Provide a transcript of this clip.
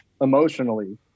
emotionally